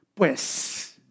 Pues